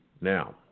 Now